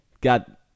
God